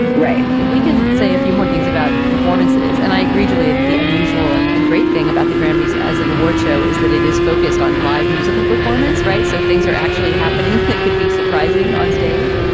right if we can say a few more things about performances and i agree, julia, that the unusual and and great thing about the grammys as an awards show is that it is focused on live musical performance. right. so things are actually happening that could be surprising onstage.